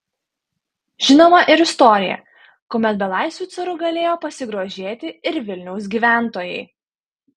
žinoma ir istorija kuomet belaisviu caru galėjo pasigrožėti ir vilniaus gyventojai